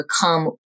become